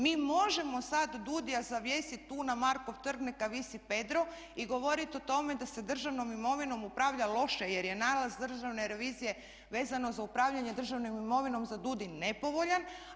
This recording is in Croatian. Mi možemo sad DUDI-a zavjesit tu na Markov trg neka visi Pedro i govorit o tome da se državnom imovinom upravlja loše, jer je nalaz Državne revizije vezano za upravljanje državnom imovinom za DUDI nepovoljan.